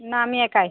না আমি একাই